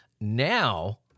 Now